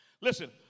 Listen